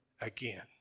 again